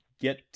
get